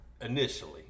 initially